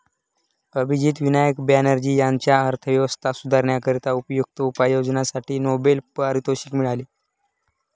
अभिजित विनायक बॅनर्जी यांना अर्थव्यवस्था सुधारण्याकरिता उपयुक्त उपाययोजनांसाठी नोबेल पारितोषिक मिळाले